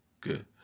good